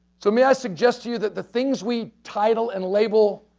so, may i suggest to you that the things we title and label,